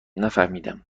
نفهمیدم